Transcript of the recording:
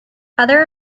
other